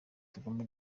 tugomba